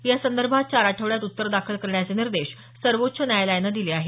यासंदर्भात चार आठवड्यात उत्तर दाखल करण्याचे निर्देश सर्वोच्च न्यायालयाने दिले आहेत